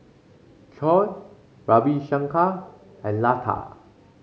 Choor Ravi Shankar and Lata